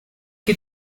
que